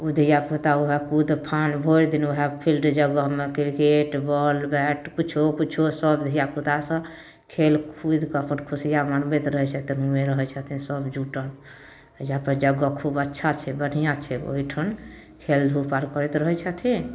ओ धिया पूता वएह कूद फाँद भरि दिन वएह फील्ड जगहमे क्रिकेट बॉल बैट किछो किछो सब धिया पूता सब खेल कूदिके अपन खुशिऑं मनबैत रहै छथिन सब जुटल एहिजा पर जगह खूब अच्छा छै बढ़िऑं छै ओहिठाम खेल धूप आर करैत रहै छथिन